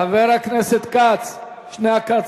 חבר הכנסת כצל'ה.